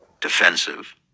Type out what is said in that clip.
defensive